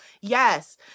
yes